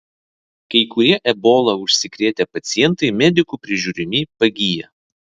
kai kurie ebola užsikrėtę pacientai medikų prižiūrimi pagyja